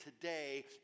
today